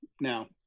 now